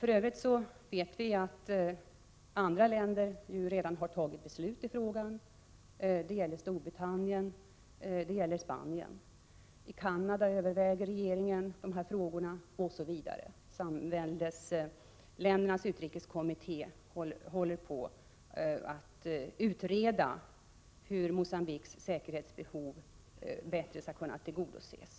För övrigt vet vi att en del andra länder redan har fattat beslut i frågan, t.ex. Storbritannien och Spanien. I Canada överväger regeringen dessa frågor. Samväldesländernas utrikeskommitté håller på att utreda hur Mogambiques säkerhetsbehov bättre skall kunna tillgodoses.